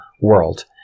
world